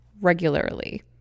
regularly